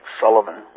Sullivan